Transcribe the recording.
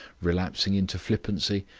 relapsing into flippancy.